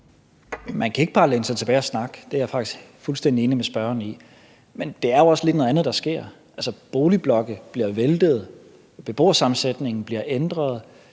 Man kan ikke bare læne sig tilbage og snakke, det er jeg faktisk fuldstændig enig med spørgeren i. Men det er jo også lidt noget andet, der sker. Boligblokke bliver væltet, beboersammensætningen bliver ændret,